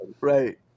Right